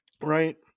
right